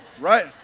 Right